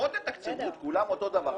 לפחות תתקצבו את כולם אותו הדבר.